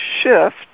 shift